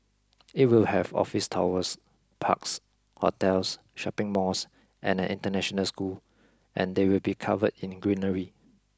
it will have office towers parks hotels shopping malls and an international school and they will be covered in greenery